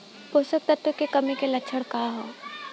पोषक तत्व के कमी के लक्षण का वा?